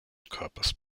körpers